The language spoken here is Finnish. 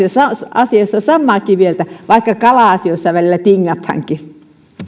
asiassa samaakin mieltä vaikka kala asioissa välillä tingataankin